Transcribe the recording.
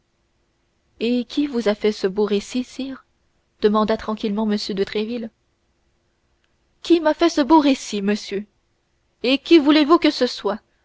et qui vous a fait ce beau récit sire demanda tranquillement m de tréville qui m'a fait ce beau récit monsieur et qui voulez-vous que ce soit